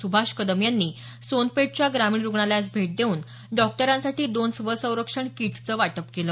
सुभाष कदम यांनी सोनपेठच्या ग्रामीण रुग्नालयास भेट देऊन डॉक्टरांसाठी दोन स्व संरक्षण किटचं वाटप केलं